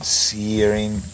searing